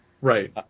Right